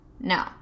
No